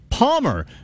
Palmer